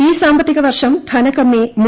ഈ സാമ്പത്തിക വർഷം ധനകമ്മി ദ